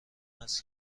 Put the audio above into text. است